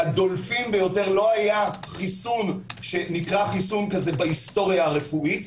היה חיסון שנקרא חיסון כזה בהיסטוריה הרפואית.